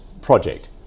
project